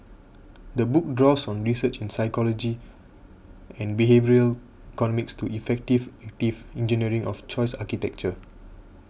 the book draws on research in psychology and behavioural economics to effective active engineering of choice architecture